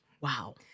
wow